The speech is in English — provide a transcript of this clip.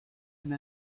and